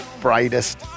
brightest